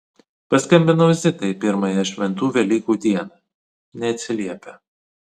paskambinau zitai pirmąją šventų velykų dieną neatsiliepia